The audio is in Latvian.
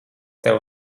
tev